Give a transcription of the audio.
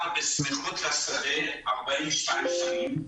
גר בסמיכות לשדה 40 שנים.